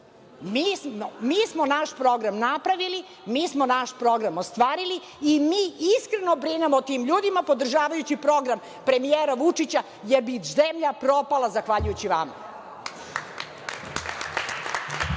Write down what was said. Mi smo naš program napravili. Mi smo naš program ostvarili. Mi iskreno brinemo o tim ljudima podržavajući program premijera Vučića, jer bi zemlja propala zahvaljujući vama.